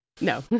No